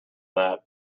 that